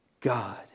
God